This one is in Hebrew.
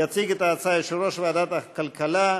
יציג את ההצעה יו"ר ועדת הכלכלה,